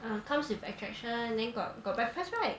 err comes with attraction then got got breakfast right